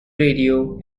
radio